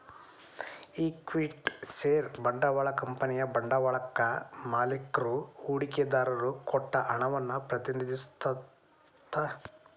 equity share ಬಂಡವಾಳ ಕಂಪನಿಯ ಬಂಡವಾಳಕ್ಕಾ ಮಾಲಿಕ್ರು ಹೂಡಿಕೆದಾರರು ಕೊಟ್ಟ ಹಣವನ್ನ ಪ್ರತಿನಿಧಿಸತ್ತ